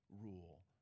rule